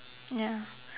ya